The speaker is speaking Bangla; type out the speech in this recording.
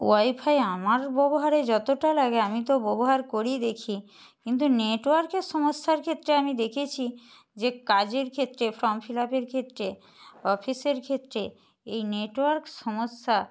ওয়াইফাই আমার ব্যবহারে যতটা লাগে আমি তো ব্যবহার করি দেখি কিন্তু নেটওয়ার্কের সমস্যার ক্ষেত্রে আমি দেখেছি যে কাজের ক্ষেত্রে ফর্ম ফিল আপের ক্ষেত্রে অফিসের ক্ষেত্রে এই নেটওয়ার্ক সমস্যা